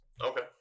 Okay